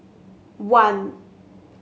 one